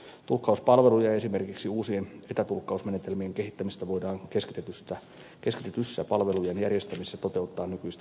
tulkkauspalveluja ja esimerkiksi uusien etätulkkausmenetelmien kehittämistä voidaan keskitetyssä palvelujen järjestämisessä toteuttaa nykyistä paremmin